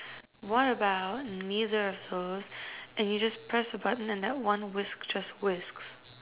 what about neither of those and you just press the button and that one whisk just whisks